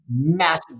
Massive